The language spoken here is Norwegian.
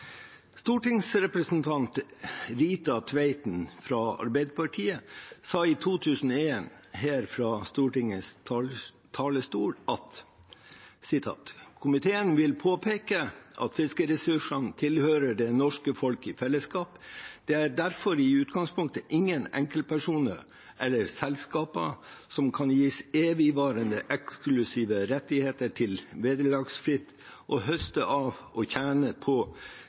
Stortingsrepresentant Rita Tveiten fra Arbeiderpartiet sa i 1999 her fra Stortingets talerstol: «Komiteen vil påpeke at fiskeressursene tilhører det norske folk, i fellesskap. Det er derfor i utgangspunktet ingen enkeltpersoner eller enkeltselskaper som kan gis evigvarende eksklusive rettigheter til vederlagsfritt å høste av disse ressursene, mens andre stenges ute fra å